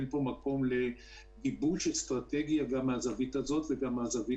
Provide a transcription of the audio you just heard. אין פה מקום לגיבוש אסטרטגיה מכל זווית שיש,